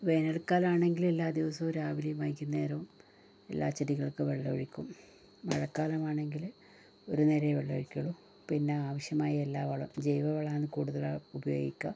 വേനൽക്കാലമാണെങ്കില് എല്ലാ ദിവസവും രാവിലേയും വൈകുന്നേരവും എല്ലാ ചെടികൾക്കും വെള്ളമൊഴിക്കും മഴക്കാലമാണെങ്കില് ഒരു നേരമെ വെള്ളൊഴിക്കൊള്ളൂ പിന്നെ ആവശ്യമായ എല്ലാ വളവും ജൈവവളം ആണ് കൂടുതല് ഉപയോഗിക്കുക